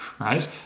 right